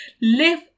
live